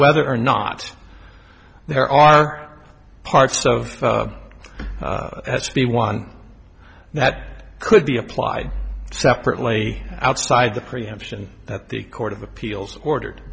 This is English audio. whether or not there are parts of the one that could be applied separately outside the preemption that the court of appeals ordered